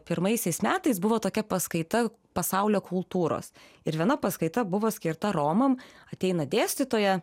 pirmaisiais metais buvo tokia paskaita pasaulio kultūros ir viena paskaita buvo skirta romam ateina dėstytoja